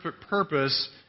purpose